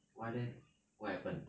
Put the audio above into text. why leh what happen